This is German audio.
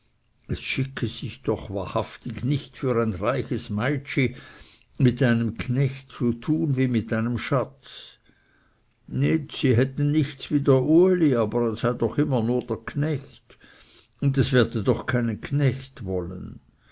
es schicke sich doch wahrhaftig nicht für ein reiches meitschi mit einem knecht zu tun wie mit einem schatz nit sie hätte nichts wider uli aber er sei doch immer nur der knecht und es werde doch keinen knecht wollen